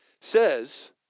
says